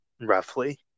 roughly